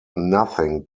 nothing